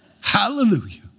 Hallelujah